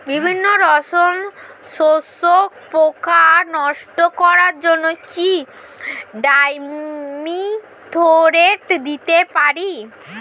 বিভিন্ন রস শোষক পোকা নষ্ট করার জন্য কি ডাইমিথোয়েট দিতে পারি?